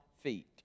feet